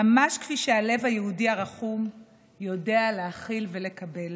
ממש כפי שהלב היהודי הרחום יודע להכיל ולקבל.